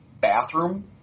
bathroom